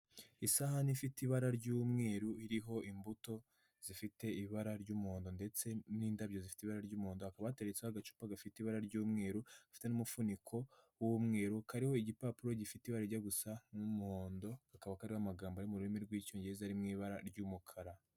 Isahani ifite ibara ry'umweru, iriho imbuto zifite ibara ry'umuhondo ndetse n'indabyo zifite ibara ry'umuhodo, hakaba hateretseho agacupa gafite ibara ry'umweru ndetse gafite n'umufuniko w'umweru, kariho igipapuro gifite ibara rijya gusa n'umuhondo, kakaba kariho amagambo ari mu rurimi rw'Icyongereza ari mu ibara ry'umukara.